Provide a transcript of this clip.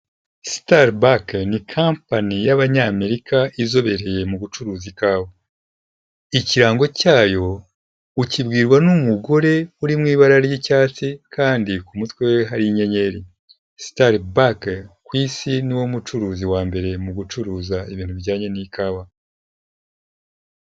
Sitaribake ni kampani y'Abanyamerika izobereye mu bucuruzi bw'ikawa, ikirango cyayo ukibwirwa n'umugore uri mu ibara ry'icyatsi kandi ku mutwe we hari inyenyeri, Sitaribake ku isi ni we mucuruzi wa mbere mu gucuruza ibintu bijyanye n'ikawa.